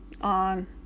on